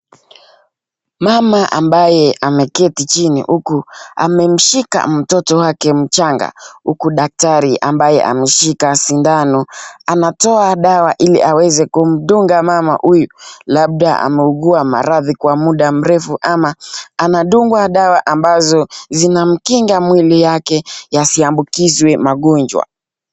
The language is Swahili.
Mama ambaye ameketi chini uku amemshika mtoto wake mchanga uku daktari ambaye ameshika sindano anatoa dawa ili aweze kumdunga mama huyu, labda ameugua maradhi kwa muda mrefu ama anadungwa dawa ambazo zina mkinga mwili yake yasiambukizwe magonjwa.